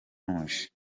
ntuje